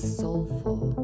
soulful